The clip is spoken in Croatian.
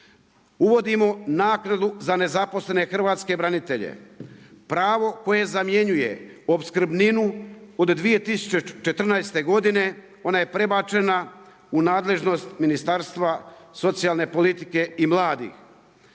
Uvodimo naknadu za nezaposlene hrvatske branitelje, pravo koje zamjenjuje opskrbninu od 2014. godine, ona je prebačena u nadležnost Ministarstva socijalne politike i mladih.